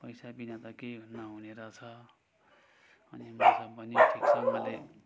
पैसा बिना त केही नहुने रहेछ अनि पैसा पनि ठिकसँगले